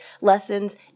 lessons